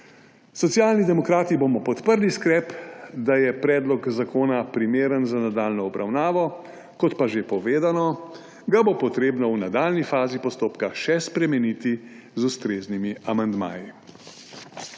Socialni demokrati bomo podprli sklep, da je predlog zakona primeren za nadaljnjo obravnavo, kot pa že povedano, ga bo potrebno v nadaljnji fazi postopka še spremeniti z ustreznimi amandmaji.